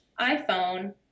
iPhone